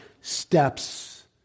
steps